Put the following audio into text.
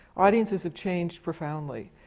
audiences have changed profoundly.